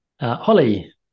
Holly